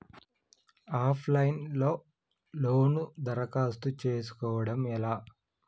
Of line లో loan దరఖాస్తు చేసుకోవడం ఎలా?